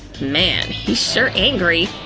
man, he's sure angry.